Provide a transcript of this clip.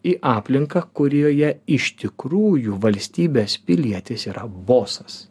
į aplinką kurioje iš tikrųjų valstybės pilietis yra bosas